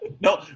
No